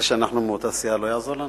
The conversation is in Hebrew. זה שאנחנו מאותה סיעה לא יעזור לנו?